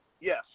Yes